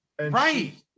Right